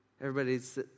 Everybody's